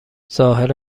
ظاهر